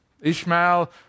Ishmael